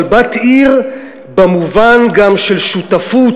אבל בת עיר במובן גם של שותפות